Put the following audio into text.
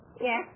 Yes